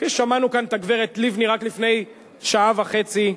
כפי ששמענו כאן את הגברת לבני רק לפני שעה וחצי,